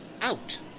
Out